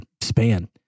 span